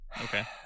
Okay